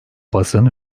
basın